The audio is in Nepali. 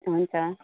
हुन्छ